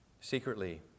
secretly